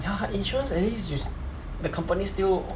ya insurance at least you s~ the company still